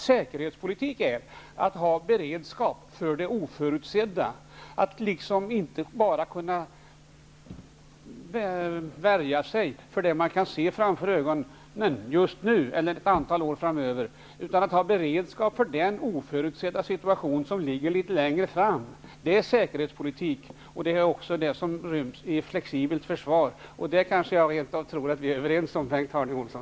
Säkerhetspolitik är att ha beredskap för det oförutsedda, att inte bara kunna värja sig för det man kan se framför ögonen just nu eller ett antal år framöver, utan att ha beredskap för den oförutsedda situation som ligger litet längre fram. Det är säkerhetspolitik, och det är också det som ryms i ett flexibelt försvar. Det tror jag att vi rent av är överens om, Bengt Harding Olson.